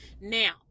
Now